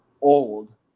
old